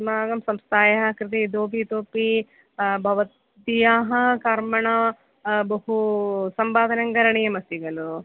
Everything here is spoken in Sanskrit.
अस्माकं संस्थायाः कृते इतोपि इतोपि भवत्याः कर्मणा बहु सम्पादनं करणीयमस्ति खलु